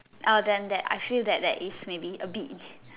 uh then that I feel that that there is maybe a bit